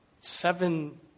seven